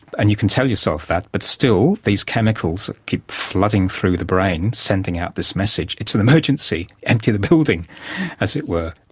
and you can tell yourself that, but still these chemicals keep flooding through the brain sending out this message it's an emergency! empty the building as it were.